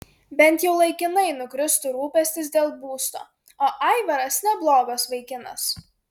bent jau laikinai nukristų rūpestis dėl būsto o aivaras neblogas vaikinas